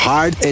Hard